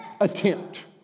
attempt